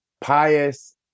pious